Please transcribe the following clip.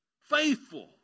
Faithful